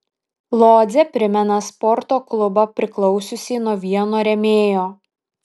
lodzė primena sporto klubą priklausiusį nuo vieno rėmėjo